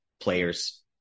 players